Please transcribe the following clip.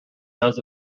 does